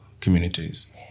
communities